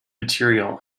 material